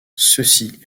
ceci